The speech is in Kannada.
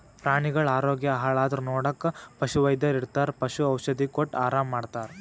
ಪ್ರಾಣಿಗಳ್ ಆರೋಗ್ಯ ಹಾಳಾದ್ರ್ ನೋಡಕ್ಕ್ ಪಶುವೈದ್ಯರ್ ಇರ್ತರ್ ಪಶು ಔಷಧಿ ಕೊಟ್ಟ್ ಆರಾಮ್ ಮಾಡ್ತರ್